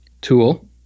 Tool